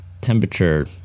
temperature